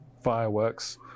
fireworks